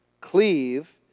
cleave